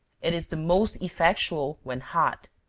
it is the most effectual when hot.